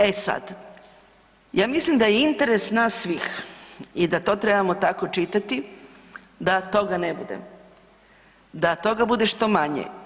E sad, ja mislim da je interes nas svih i da to trebamo tako čitati da toga ne bude, da toga bude što manje.